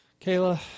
Kayla